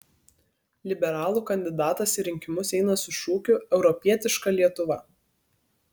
liberalų kandidatas į rinkimus eina su šūkiu europietiška lietuva